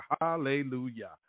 Hallelujah